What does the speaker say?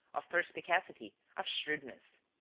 of perspicacity, of shrewdness.